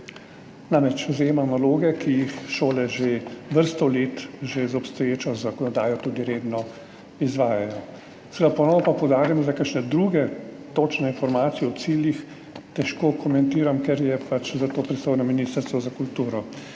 Namreč, zajema naloge, ki jih šole že vrsto let z že obstoječo zakonodajo tudi redno izvajajo. Ponovno pa poudarjam, da kakšne druge točne informacije o ciljih težko komentiram, ker je za to pristojno Ministrstvo za kulturo.